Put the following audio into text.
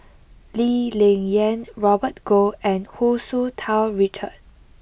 Lee Ling Yen Robert Goh and Hu Tsu Tau Richard